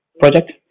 project